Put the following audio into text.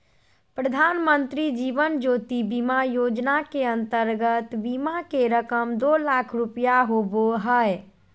प्रधानमंत्री जीवन ज्योति बीमा योजना के अंतर्गत बीमा के रकम दो लाख रुपया होबो हइ